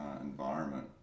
environment